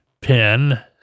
pen